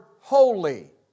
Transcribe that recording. holy